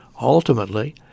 ultimately